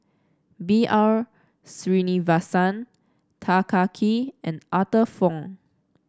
B R Sreenivasan Tan Kah Kee and Arthur Fong